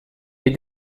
des